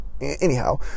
anyhow